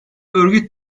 örgüt